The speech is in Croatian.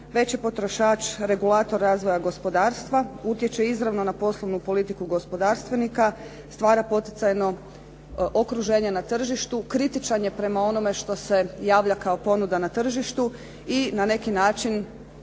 je potrošač regulator razvoja gospodarstva, utječe izravno na poslovnu politiku gospodarstvenika, stvarna poticajno okruženje na tržištu, kritičan je prema onome što se javlja kao ponuda na tržištu i na neki način